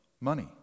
money